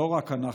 לא רק אנחנו,